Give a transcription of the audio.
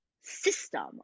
system